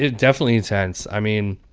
ah definitely tense. i mean,